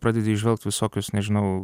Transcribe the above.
pradedi įžvelgt visokius nežinau